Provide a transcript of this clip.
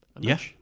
yes